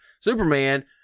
Superman